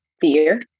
Fear